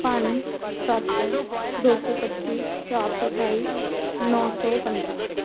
ਪੰਜ ਸੱਤ ਦੋ ਸੌ ਪੱਚੀ ਚਾਰ ਸੌ ਅਠਾਈ ਨੌ ਸੌ ਪੰਦਰਾਂ